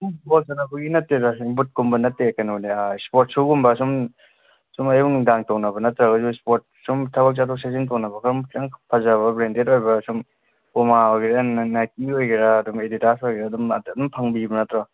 football ꯁꯥꯟꯅꯕꯒꯤ ꯅꯠꯇꯦꯗ ꯁꯨꯝ ꯕꯨꯠꯀꯨꯝꯕ ꯅꯠꯇꯦ ꯀꯩꯅꯣꯅꯦ ꯏꯁꯄꯣꯔꯠꯁꯨꯒꯨꯝꯕ ꯁꯨꯝ ꯁꯨꯝ ꯑꯌꯨꯛ ꯅꯨꯡꯗꯥꯡ ꯇꯣꯡꯅꯕ ꯅꯠꯇ꯭ꯔꯒꯁꯨ ꯏꯁꯄꯣꯔꯠ ꯁꯨꯝ ꯊꯕꯛ ꯆꯠꯊꯣꯛ ꯆꯠꯁꯤꯟ ꯇꯣꯡꯅꯕ ꯑꯗꯨꯝ ꯈꯤꯇꯪ ꯐꯖꯕ ꯕ꯭ꯔꯥꯟꯗꯦꯠ ꯑꯣꯏꯕ ꯁꯨꯝ ꯄꯨꯃꯥ ꯑꯣꯏꯒꯦꯔꯥ ꯅꯥꯏꯀꯤ ꯑꯣꯏꯒꯦꯔꯥ ꯑꯗꯨꯝ ꯑꯦꯗꯤꯗꯥꯁ ꯑꯣꯏꯒꯦꯔꯥ ꯑꯗꯨꯝ ꯑꯗꯨꯝ ꯐꯪꯕꯤꯕ ꯅꯠꯇ꯭ꯔꯣ